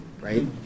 right